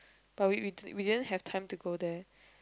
but we we we didn't have time to go there